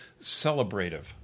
Celebrative